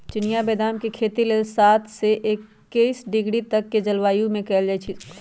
चिनियाँ बेदाम के खेती लेल सात से एकइस डिग्री तक के जलवायु में कएल जाइ छइ